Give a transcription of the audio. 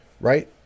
right